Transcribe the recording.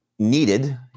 Needed